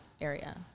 area